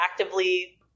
actively